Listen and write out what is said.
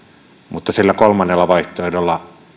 mutta sillä kolmannella vaihtoehdolla